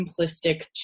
simplistic